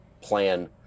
plan